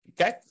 Okay